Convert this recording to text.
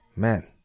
man